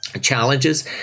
challenges